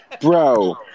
bro